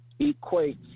equates